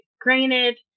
Granted